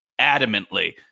adamantly